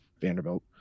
Vanderbilt